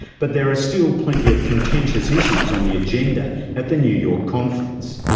but there are still plenty of contentious issues on the agenda at the new york conference.